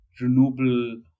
renewable